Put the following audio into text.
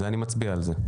אני מצביע על זה.